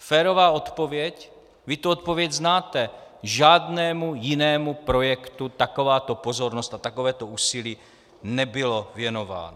Férová odpověď vy tu odpověď znáte: žádnému jinému projektu takováto pozornost a takovéto úsilí nebyly věnovány.